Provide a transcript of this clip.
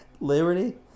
Liberty